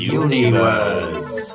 universe